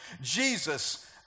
Jesus